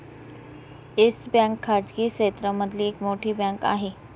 yes Bank खाजगी क्षेत्र मधली एक मोठी बँक आहे